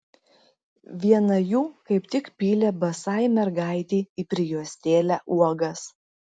viena jų kaip tik pylė basai mergaitei į prijuostėlę uogas